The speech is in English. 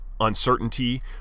uncertainty